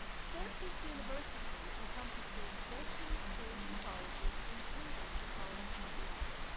syracuse university encompasses thirteen schools and colleges, including the college of law.